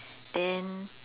then